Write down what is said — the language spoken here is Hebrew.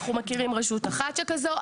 אנחנו מכירים רשות אחת שכזו,